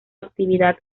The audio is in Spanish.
actividad